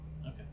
Okay